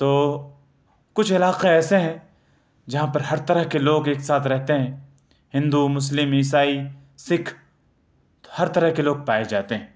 تو کچھ علاقے ایسے ہیں جہاں پر ہر طرح کے لوگ ایک ساتھ رہتے ہیں ہندو مسلم عیسائی سکھ ہر طرح کے لوگ پائے جاتے ہیں